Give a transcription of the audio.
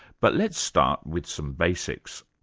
but let's start with some basics.